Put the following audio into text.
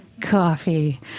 Coffee